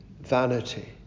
vanity